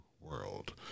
World